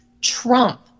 Trump